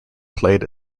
played